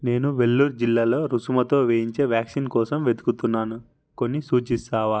నేను వెల్లోర్ జిల్లాలో రుసుముతో వేయించే వ్యాక్సిన్ కోసం వెతుకుతున్నాను కొన్ని సూచిస్తావా